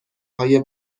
های